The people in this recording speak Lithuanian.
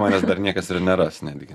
manęs dar niekas neras netgi